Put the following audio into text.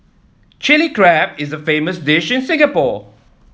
Chilli Crab is a famous dish in Singapore